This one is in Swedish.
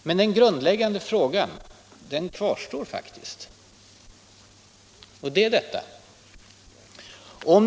Men en grundläggande fråga kvarstår faktiskt.